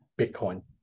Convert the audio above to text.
bitcoin